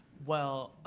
well,